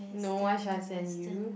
no why should I sent you